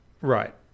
Right